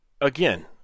again